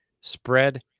Spread